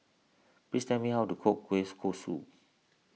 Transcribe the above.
please tell me how to cook Kueh Kosui